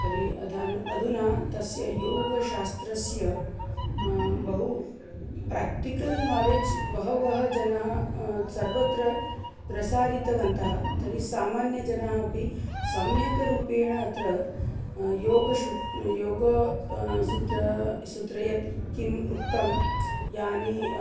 तर्हि अधुना अधुना तस्य योगशास्त्रस्य बहु प्राक्टिकल् नालेज् बहवः जनाः सर्वत्र प्रसारितवन्तः तर्हि सामान्यजनाः अपि सम्यकरूपेण अत्र योगेषु योगो सुत्र सूत्रयत् किम् उक्तं यानि